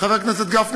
חבר הכנסת גפני.